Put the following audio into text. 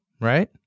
right